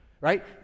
right